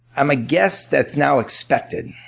um a guest that's now expected.